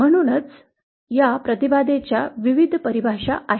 म्हणूनच या प्रतिबाधाच्या विविध परिभाषा आहेत